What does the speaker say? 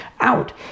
out